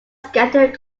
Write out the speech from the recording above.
scattered